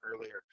earlier